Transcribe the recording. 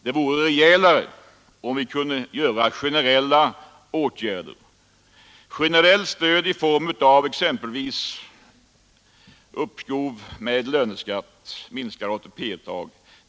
Det vore rejälare om generella åtgärder kunde vidtas — generellt stöd i form av exempelvis uppskov med löneskatten och minskat ATP-uttag.